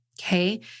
okay